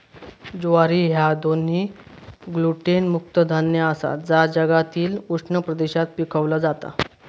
ज्वारी ह्या दोन्ही ग्लुटेन मुक्त धान्य आसा जा जगातील उष्ण प्रदेशात पिकवला जाता